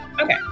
Okay